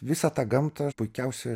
visa tą gamtą puikiausia